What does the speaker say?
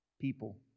people